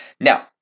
Now